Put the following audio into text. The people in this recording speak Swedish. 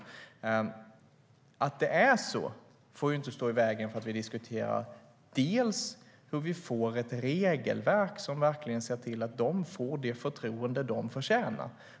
Men att det är så får inte stå i vägen för att vi diskuterar hur vi får ett regelverk som verkligen innebär att de får det förtroende som de förtjänar.